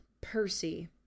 Percy